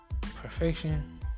perfection